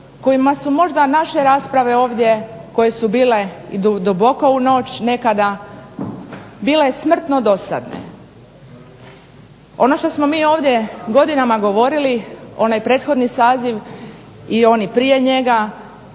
kojima su možda naše rasprave ovdje koje su bile i do duboko u noć nekada bile smrtno dosadne. Ono što smo mi ovdje godinama govorili, onaj prethodni saziv i oni prije njega